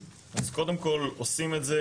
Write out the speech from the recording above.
אז קודם כל עושים את זה,